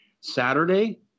Saturday